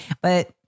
But-